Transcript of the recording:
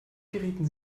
gerieten